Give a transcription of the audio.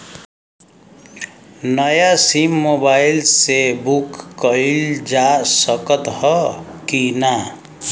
नया sim mobile से book कइलजा सकत ह कि ना?